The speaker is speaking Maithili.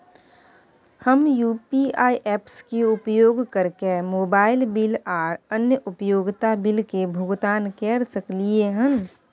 हम यू.पी.आई ऐप्स के उपयोग कैरके मोबाइल बिल आर अन्य उपयोगिता बिल के भुगतान कैर सकलिये हन